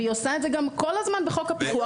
היא עושה את זה כל הזמן בחוק הפיקוח,